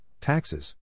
Taxes